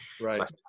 right